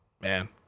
man